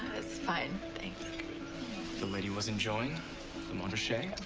was fine, thanks. the lady was enjoying the montrachet.